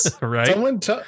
right